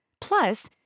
Plus